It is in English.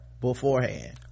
beforehand